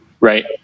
right